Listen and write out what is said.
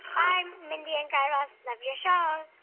bye, mindy and guy raz. love your show